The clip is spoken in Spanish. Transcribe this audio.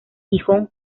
gijón